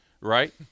right